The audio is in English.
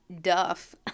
duff